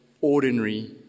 ordinary